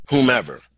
whomever